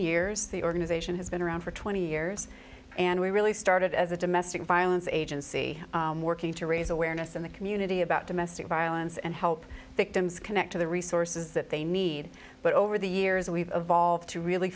years the organization has been around for twenty years and we really started as a domestic violence agency working to raise awareness in the community about domestic violence and help victims connect to the resources that they need but over the years we've evolved to really